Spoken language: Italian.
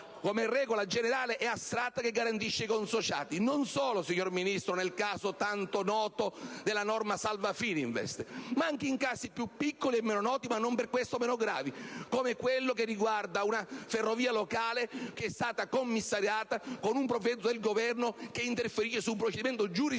come regola generale e astratta che garantisce i consociati. E ciò, non solo, signor Ministro, nel tanto noto caso della norma "salva-Fininvest", ma anche in casi minori e meno noti, ma non per questo meno gravi, come quello che riguarda una ferrovia locale che è stata commissariata con un provvedimento del Governo che interferisce con un procedimento giurisdizionale